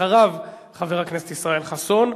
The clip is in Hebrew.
אחריו, חבר הכנסת ישראל חסון,